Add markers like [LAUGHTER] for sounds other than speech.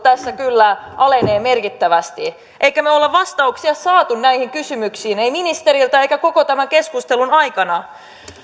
[UNINTELLIGIBLE] tässä kyllä alenee merkittävästi emme ole vastauksia saaneet näihin kysymyksiin ei ministeriltä eikä koko tämän keskustelun aikana